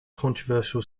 controversial